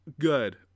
good